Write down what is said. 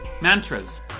Mantras